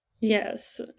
Yes